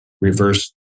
reverse